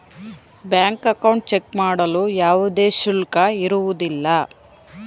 bank account check ಮಾಡಲು ಯಾವುದೇ ಶುಲ್ಕ ಇರುವುದಿಲ್ಲ